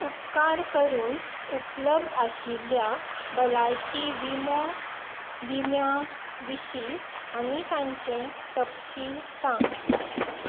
उपकार करून उपलब्ध आशिल्ल्या भलायकी विमो विम्यां विशीं आनी तांचें तपशील सांग